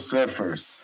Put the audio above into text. Surfers